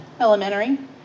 Elementary